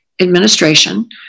administration